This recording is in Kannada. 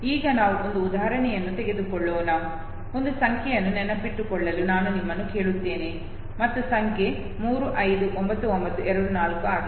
ಈಗ ನಾವು ಒಂದು ಉದಾಹರಣೆಯನ್ನು ತೆಗೆದುಕೊಳ್ಳೋಣ ಒಂದು ಸಂಖ್ಯೆಯನ್ನು ನೆನಪಿಟ್ಟುಕೊಳ್ಳಲು ನಾನು ನಿಮ್ಮನ್ನು ಕೇಳುತ್ತೇನೆ ಮತ್ತು ಸಂಖ್ಯೆ 359924 ಆಗಿದೆ